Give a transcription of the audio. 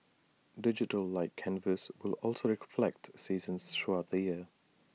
digital light canvas will also reflect seasons throughout the year